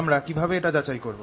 আমরা কীভাবে এটা যাচাই করব